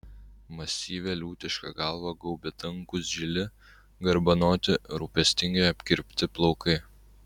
masyvią liūtišką galva gaubė tankūs žili garbanoti rūpestingai apkirpti plaukai